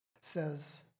says